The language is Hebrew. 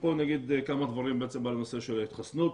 פה אני אגיד כמה דברים על הנושא של ההתחסנות.